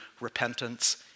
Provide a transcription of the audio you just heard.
repentance